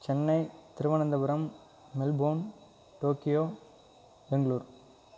Chennai Thiruvananthapuram Melbourne Tokyo Bangalore